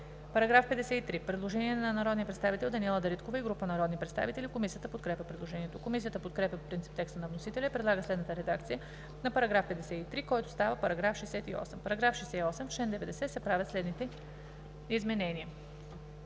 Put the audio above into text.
По § 53 има предложение на народния представител Даниела Дариткова и група народни представители. Комисията подкрепя предложението. Комисията подкрепя по принцип текста на вносителя и предлага следната редакция на § 53, който става § 68: „§ 68. В чл. 90 се правят следните изменения: